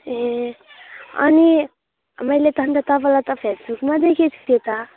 ए अनि मैले त अन्त तपाईँलाई त फेसबुकमा देखेको थिएँ त